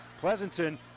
Pleasanton